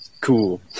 cool